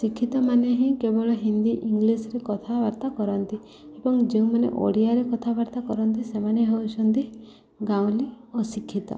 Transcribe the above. ଶିକ୍ଷିତମାନେ ହିଁ କେବଳ ହିନ୍ଦୀ ଇଂଲିଶ୍ରେ କଥାବାର୍ତ୍ତା କରନ୍ତି ଏବଂ ଯେଉଁମାନେ ଓଡ଼ିଆରେ କଥାବାର୍ତ୍ତା କରନ୍ତି ସେମାନେ ହେଉଛନ୍ତି ଗାଉଁଲି ଓ ଶିକ୍ଷିତ